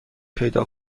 پیدا